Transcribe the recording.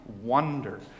wonder